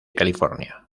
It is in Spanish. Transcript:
california